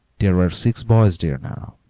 there were six boys there now,